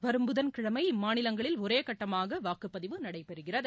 வரும் புதன்கிழமை இம்மாநிலங்களில் ஒரே கட்டமாக வாக்குப்பதிவு நடைபெறுகிறது